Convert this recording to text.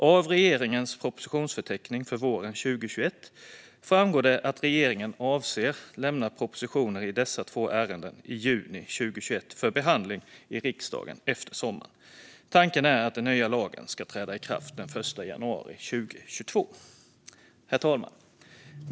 Av regeringens propositionsförteckning för våren 2021 framgår det att regeringen avser att lämna propositioner i dessa två ärenden i juni 2021 för behandling i riksdagen efter sommaren. Tanken är att den nya lagen ska träda i kraft den 1 januari 2022. Herr talman!